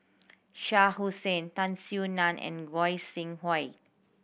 Shah Hussain Tan Soo Nan and Goi Seng Hui